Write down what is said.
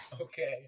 Okay